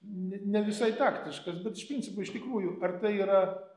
ne ne visai taktiškas bet iš principo iš tikrųjų ar tai yra